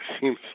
seems